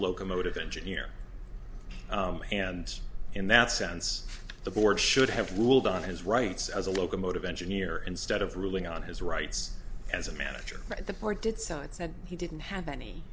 locomotive engineer and in that sense the board should have ruled on his rights as a locomotive engineer instead of ruling on his rights as a manager at the port did side said he didn't have any